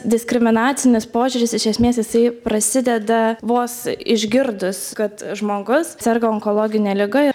diskriminacinis požiūris iš esmės jisai prasideda vos išgirdus kad žmogus serga onkologine liga